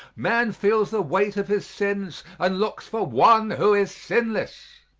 man feels the weight of his sins and looks for one who is sinless.